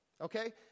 okay